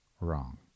wrong